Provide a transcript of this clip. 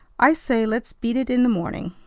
i say let's beat it in the morning.